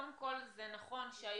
קודם כל זה נכון שהיום,